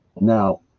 Now